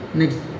next